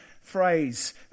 phrase